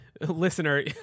Listener